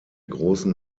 großen